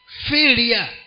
failure